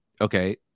okay